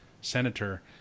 senator